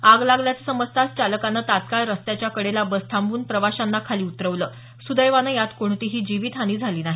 आग लागल्याचं समजताच चालकानं तत्काळ रस्त्याच्या कडेला बस थांबवून प्रवाशांना खाली उतरवलं सुदैवानं यात कोणतीही जीवितहानी झाली नाही